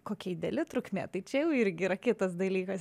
kokia ideali trukmė tai čia jau irgi yra kitas dalykas